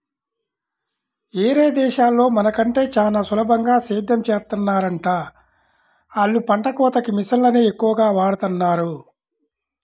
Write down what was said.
యేరే దేశాల్లో మన కంటే చానా సులభంగా సేద్దెం చేత్తన్నారంట, ఆళ్ళు పంట కోతకి మిషన్లనే ఎక్కువగా వాడతన్నారు